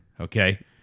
okay